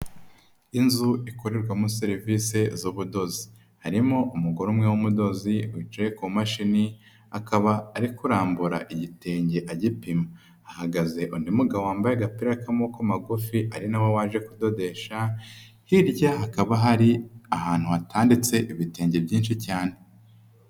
Inzu ikorerwamo serivisi z'ubudozi, harimo umugore umwe w'umudozi, wicaye ku mashini, akaba ari kurambura igitenge agipima, hahagaze undi mugabo wambaye agapira k'amako magufi ari na we waje kudodesha, hirya hakaba hari ahantu hatendetse ibitenge byinshi cyane.